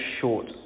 short